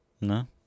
No